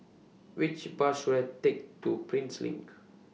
Which Bus should I Take to Prinsep LINK